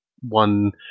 one